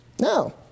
No